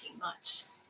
months